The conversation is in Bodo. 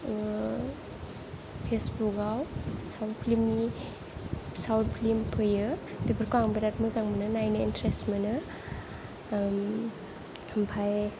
फेसबुकाव साउथ फिल्मनि साउथ फिल्म फैयो बेफोरखौ आं बिराद मोजां मोनो नायनो इन्ट्रेस्ट मोनो ओमफ्राय